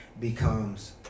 becomes